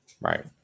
Right